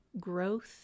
growth